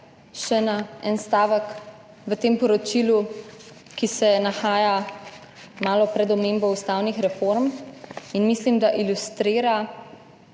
še na en stavek v tem poročilu, ki se nahaja malo pred omembo ustavnih reform in mislim, da ilustrira